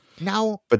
Now